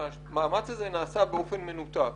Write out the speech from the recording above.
המאמץ הזה נעשה באופן מנותק.